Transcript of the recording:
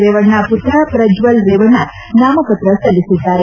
ರೇವಣ್ಣ ಪುತ್ರ ಪ್ರಜ್ವಲ್ ರೇವಣ್ಣ ನಾಮಪತ್ರ ಸಲ್ಲಿಸಿದ್ದಾರೆ